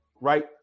right